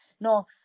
No